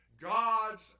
God's